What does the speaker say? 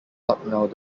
lucknow